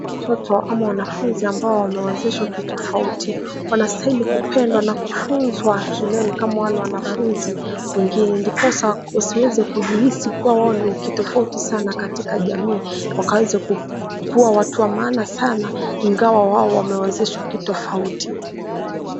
Watoto ama wanafunzi ambao wamewezeshwa kitofauti, wanastahili kupendwa na kufunzwa shuleni kama wale wanafunzi wengine, ndiposa wasiweze kuhisi kuwa wao ni kitofauti sana katika jamii, wakaweze kukuwa watu wa maana sana ingawa wao wamewezesha kitofauti.